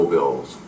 Bills